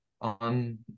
on